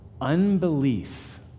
Unbelief